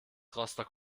rostock